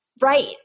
right